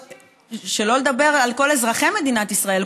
שלא לדבר על כל אזרחי מדינת ישראל,